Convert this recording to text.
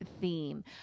theme